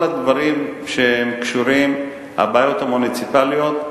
כל הדברים שקשורים הבעיות המוניציפליות,